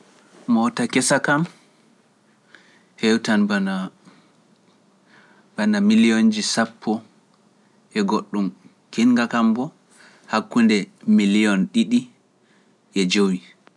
Moota kesa kam heewtan bana, bana miliyonnji sappo e goɗɗum, kiinnga kan boo hakkunde miliyon ɗiɗi e jowi.